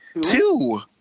Two